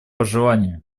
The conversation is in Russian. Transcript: пожелание